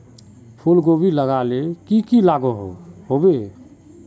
फूलकोबी लगाले की की लागोहो होबे?